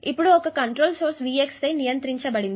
ఇప్పుడు ఒక control source Vx చే నియంత్రించబడుతుంది